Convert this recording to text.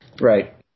Right